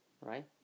right